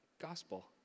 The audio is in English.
gospel